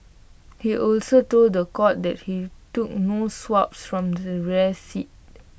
he also told The Court that he took no swabs from the rear seat